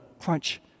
crunch